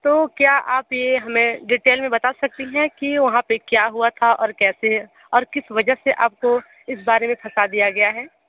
तो क्या आप ये हमे डिटेल में बता सकती हैं कि वहाँ पे क्या हुआ था और कैसे और किस वजह से आपको इस बारे में फँसा दिया गया है